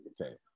okay